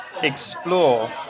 explore